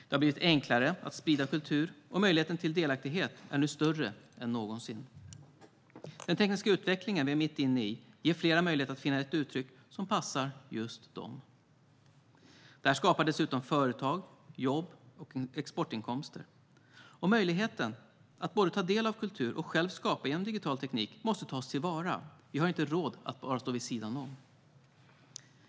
Det har blivit enklare att sprida kultur, och möjligheten till delaktighet är nu större än någonsin. Den tekniska utveckling vi är mitt inne i ger fler möjlighet att finna ett uttryck som passar just dem. Det skapar dessutom företag, jobb och exportinkomster. Möjligheten att både ta del av kultur och själv skapa genom digital teknik måste tas till vara. Vi har inte råd att stå vid sidan om.